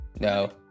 No